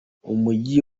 umugi